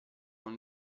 con